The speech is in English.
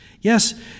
Yes